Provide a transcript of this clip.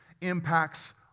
impacts